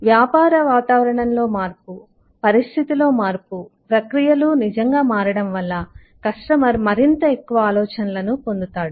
వ్యాపార వాతావరణంలో మార్పు పరిస్థితిలో మార్పు ప్రక్రియలు నిజంగా మారడంవల్ల కస్టమర్ మరింత ఎక్కువ ఆలోచనలను పొందుతాడు